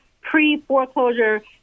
pre-foreclosure